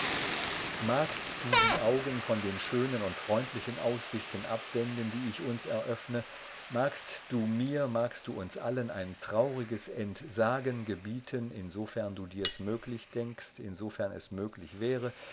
magst du die augen von den schönen und freundlichen aussichten abwenden die ich uns eröffne magst du mir magst du uns allen ein trauriges entsagen gebieten insofern du dirs möglich denkst insofern es möglich wäre